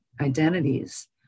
identities